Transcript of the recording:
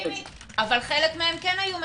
אבל חלק מהם כן היו מקבלים.